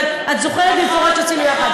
את זוכרת שעשינו יחד.